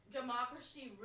democracy